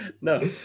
No